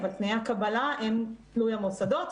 אבל תנאי הקבלה הם תלוי המוסדות.